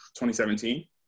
2017